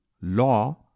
law